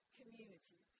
community